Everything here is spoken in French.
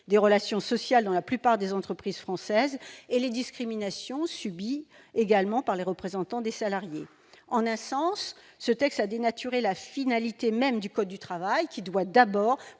des relations sociales dans la plupart des entreprises françaises et les discriminations subies par les représentants des salariés. En un sens, cette loi a dénaturé la finalité même du code du travail, lequel doit, d'abord,